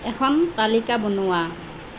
এখন তালিকা বনোৱা